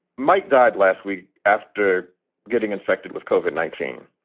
mike died last week after getting infected with koven nineteen.